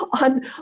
on